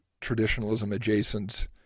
traditionalism-adjacent